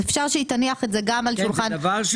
אפשר שהיא תניח את זה גם על שולחן הוועדה,